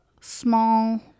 small